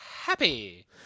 happy